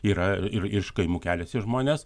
yra ir iš kaimų keliasi žmonės